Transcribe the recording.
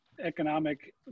economic